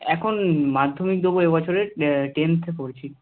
এখন মাধ্যমিক দেব এ বছরে টেন্থে পড়ছি